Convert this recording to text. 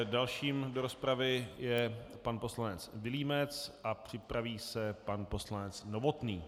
Dalším do rozpravy je pan poslanec Vilímec a připraví se pan poslanec Novotný.